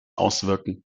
auswirken